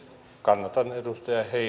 kannatan edustaja ei